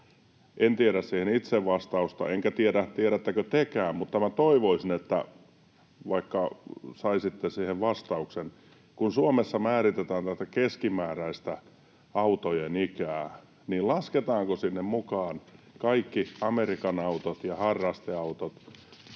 en tiedä siihen itse vastausta, enkä tiedä, tiedättekö tekään, mutta minä toivoisin, että vaikka saisitte siihen vastauksen: Kun Suomessa määritetään tätä keskimääräistä autojen ikä, niin lasketaanko sinne mukaan kaikki amerikanautot ja harrasteautot,